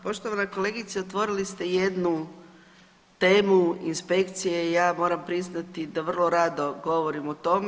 Poštovana kolegice, otvorili ste jednu temu inspekcije i ja moram priznati da vrlo rado govorim o tome.